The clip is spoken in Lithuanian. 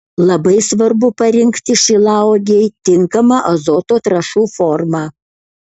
labai svarbu parinkti šilauogei tinkamą azoto trąšų formą